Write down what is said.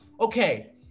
Okay